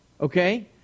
Okay